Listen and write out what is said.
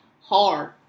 hard